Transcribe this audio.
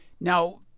Now